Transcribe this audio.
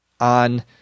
on